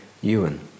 Ewan